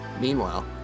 Meanwhile